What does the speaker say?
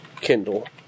Kindle